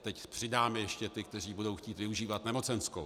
Teď přidáme ještě ty, kteří budou chtít využívat nemocenskou.